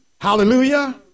Hallelujah